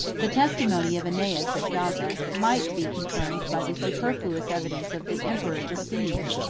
the testimony of aeneas of gaza might be confirmed by the superfluous evidence of the emperor justinian,